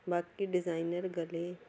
ਬਾਕੀ ਡਿਜ਼ਾਇਨਰ ਗਲੇ